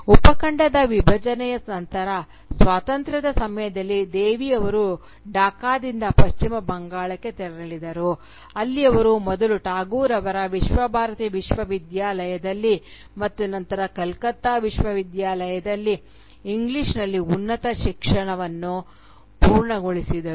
ಉಪಖಂಡದ ವಿಭಜನೆಯ ನಂತರ ಸ್ವಾತಂತ್ರ್ಯದ ಸಮಯದಲ್ಲಿ ದೇವಿ ಅವರು ಡಾಕಾದಿಂದ ಪಶ್ಚಿಮ ಬಂಗಾಳಕ್ಕೆ ತೆರಳಿದರು ಅಲ್ಲಿ ಅವರು ಮೊದಲು ಟಾಗೋರ್ ಅವರ ವಿಶ್ವ ಭಾರತಿ ವಿಶ್ವವಿದ್ಯಾಲಯದಲ್ಲಿ ಮತ್ತು ನಂತರ ಕಲ್ಕತ್ತಾ ವಿಶ್ವವಿದ್ಯಾಲಯದಲ್ಲಿ ಇಂಗ್ಲಿಷ್ನಲ್ಲಿ ಉನ್ನತ ಶಿಕ್ಷಣವನ್ನು ಪೂರ್ಣಗೊಳಿಸಿದರು